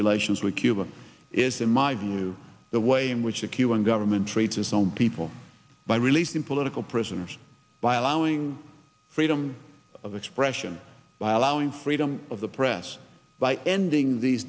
relations with cuba is in my view the way in which the cuban government treats its own people by releasing political prisoners by allowing freedom of expression by allowing freedom of the press by ending these